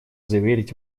заверить